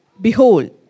Behold